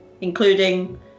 including